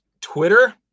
Twitter